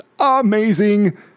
amazing